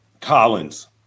Collins